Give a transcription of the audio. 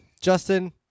Justin